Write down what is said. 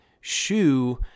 shoe